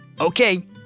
Okay